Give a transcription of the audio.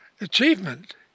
achievement